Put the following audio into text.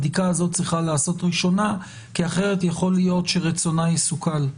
הבדיקה הזאת צריכה להיעשות ראשונה כי אחרת יכול להיות שרצונה יסוכל.